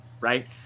right